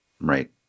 right